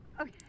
Okay